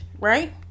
right